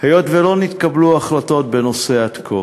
היות שלא נתקבלו החלטות בנושא עד כה.